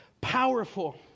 powerful